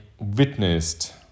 witnessed